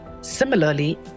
Similarly